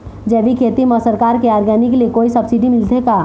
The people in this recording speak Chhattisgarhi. जैविक खेती म सरकार के ऑर्गेनिक ले कोई सब्सिडी मिलथे का?